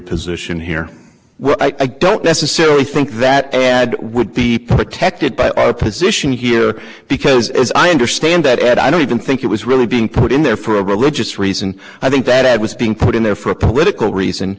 position here i don't necessarily think that would be protected by our position here because as i understand that and i don't even think it was really being put in there for a religious reason i think that it was being put in there for a political reason